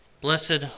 Blessed